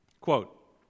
Quote